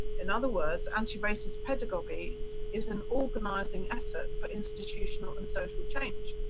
in other words anti racist pedagogy is an organizing effort for institutional and social change.